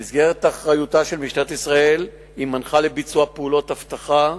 במסגרת אחריותה של משטרת ישראל היא מנחה לביצוע פעולות אבטחה